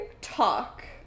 Talk